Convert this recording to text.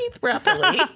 properly